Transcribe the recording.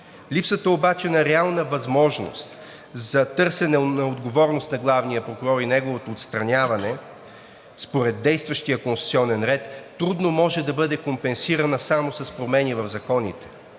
Липсата обаче на реална възможност за търсене на отговорност на главния прокурор и неговото отстраняване според действащия конституционен ред трудно може да бъде компенсирана само с промени в законите.